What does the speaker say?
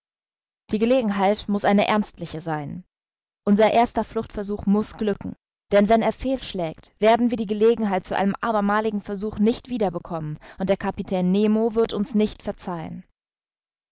die gelegenheit muß eine ernstliche sein unser erster fluchtversuch muß glücken denn wenn er fehl schlägt werden wir die gelegenheit zu einem abermaligen versuch nicht wieder bekommen und der kapitän nemo wird uns nicht verzeihen